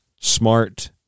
smart